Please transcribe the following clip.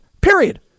Period